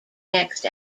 next